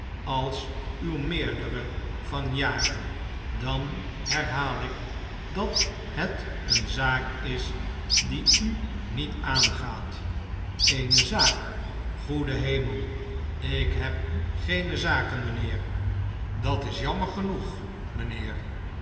als uw meerdere van jaren dan herhaal ik dat het eene zaak is die u niet aangaat eene zaak goede hemel ik heb geene zaken mijnheer dat is jammer genoeg